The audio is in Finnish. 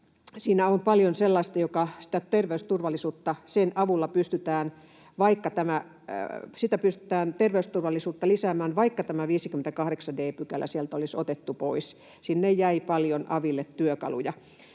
siinä on paljon sellaista, että terveysturvallisuutta pystytään lisäämään, vaikka tämä 58 d § sieltä olisi otettu pois. Sinne jäi aville paljon työkaluja.